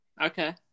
Okay